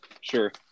Sure